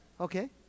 Okay